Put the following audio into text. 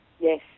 Yes